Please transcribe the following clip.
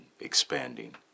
expanding